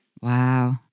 Wow